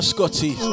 Scotty